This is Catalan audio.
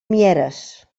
mieres